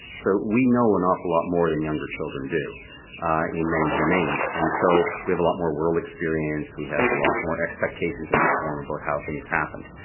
so we know an awful lot more than younger children do in many domains and so we've a lot more world experience, we have a lot more expectations that we form about how things happened.